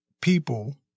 people